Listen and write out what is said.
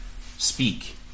Speak